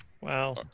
wow